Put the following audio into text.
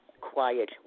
quiet